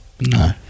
No